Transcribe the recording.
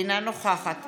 אינה נוכחת